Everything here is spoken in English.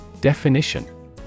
Definition